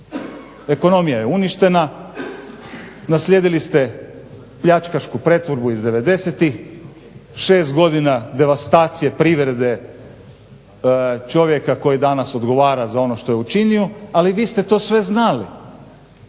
ekonomija je uništena, naslijedili ste pljačkašku pretvorbu iz 90.-tih, 6 godina devastacije privrede, čovjeka koji danas odgovara za ono što je učinio ali vi ste to sve znali.